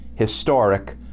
historic